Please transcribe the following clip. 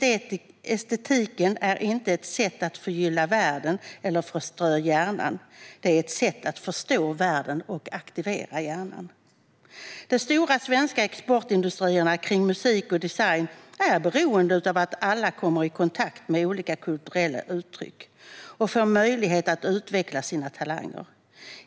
Estetiken är inte ett sätt att förgylla världen eller förströ hjärnan; det är ett sätt att förstå världen och aktivera hjärnan. De stora svenska exportindustrierna kring musik och design är beroende av att alla kommer i kontakt med olika kulturella uttryck och får möjlighet att utveckla sina talanger.